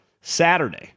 Saturday